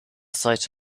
site